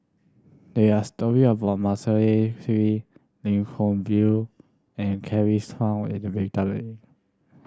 there are story about Melissa Kwee Lim and Kevin Kwan